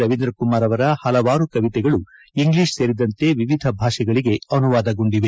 ರವೀಂದ್ರಕುಮಾರ್ ಅವರ ಪಲವಾರು ಕವಿತೆಗಳು ಇಂಗ್ಲಿಷ್ ಸೇರಿದಂತೆ ವಿವಿಧ ಭಾಷೆಗಳಿಗೆ ಅನುವಾದಗೊಂಡಿದೆ